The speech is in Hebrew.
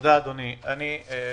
תודה אדוני היושב ראש.